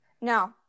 No